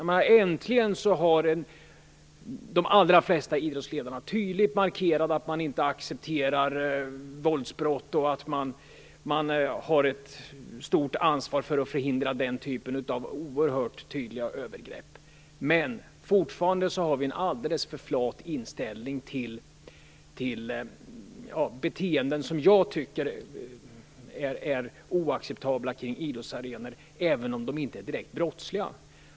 De allra flesta idrottsledarna har nu äntligen tydligt markerat att man inte accepterar våldsbrott och att man har ett stort ansvar för att förhindra den typen av oerhört tydliga övergrepp, men fortfarande har vi en alldeles för flat inställning till beteenden som jag tycker är oacceptabla kring idrottsarenor, även om de inte är direkt brottsliga.